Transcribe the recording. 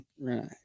Right